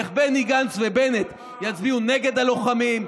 איך בני גנץ ובנט יצביעו נגד הלוחמים.